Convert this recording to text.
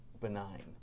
benign